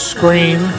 Scream